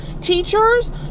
teachers